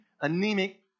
anemic